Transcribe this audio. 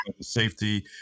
safety